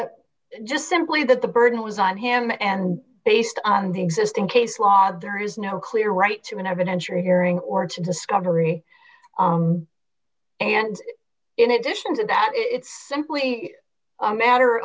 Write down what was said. just simply that the burden was on him and based on the existing case law there is no clear right to an evidentiary hearing or to discovery and in addition to that it's simply a matter